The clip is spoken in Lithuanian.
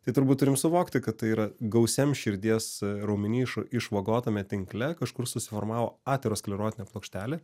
tai turbūt turim suvokti kad tai yra gausiam širdies raumeny išvagotame tinkle kažkur susiformavo aterosklerotinė plokštelė